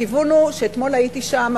הכיוון הוא שאתמול הייתי שם,